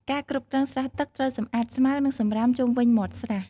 ការគ្រប់គ្រងស្រះទឹកត្រូវសម្អាតស្មៅ និងសំរាមជុំវិញមាត់ស្រះ។